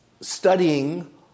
studying